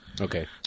okay